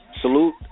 Salute